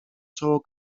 czoło